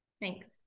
Thanks